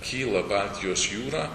kyla baltijos jūra